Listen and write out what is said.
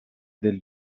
del